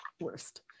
worst